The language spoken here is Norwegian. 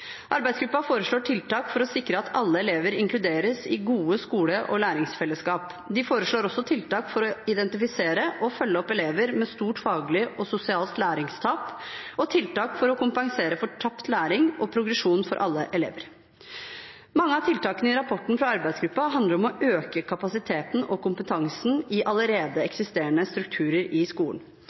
foreslår tiltak for å sikre at alle elever inkluderes i gode skole- og læringsfellesskap. De foreslår også tiltak for å identifisere og følge opp elever med stort faglig og sosialt læringstap og tiltak for å kompensere for tapt læring og progresjon for alle elever. Mange av tiltakene i rapporten fra arbeidsgruppen handler om å øke kapasiteten og kompetansen i allerede eksisterende strukturer i skolen.